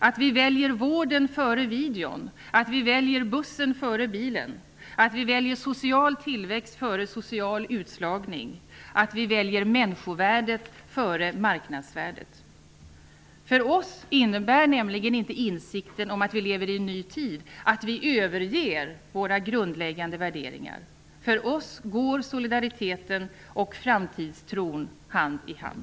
Vi måste välja vården före videon, bussen före bilen och social tillväxt före social utslagning. Vi måste välja människovärdet före marknadsvärdet. För oss innebär nämligen inte insikten om att vi lever i en ny tid att vi överger våra grundläggande värderingar. För oss går solidariteten och framtidstron hand i hand.